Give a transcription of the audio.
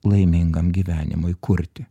laimingam gyvenimui kurti